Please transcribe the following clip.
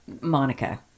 Monica